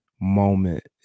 moment